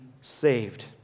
saved